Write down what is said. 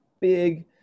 big